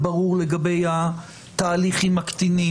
האם היה שיג ושיח לטיוב ההגדרה של מה זה